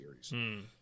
series